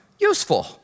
useful